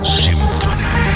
symphony